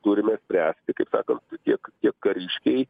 turime spręsti kaip sakant tiek kariškiai